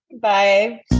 Bye